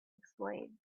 explain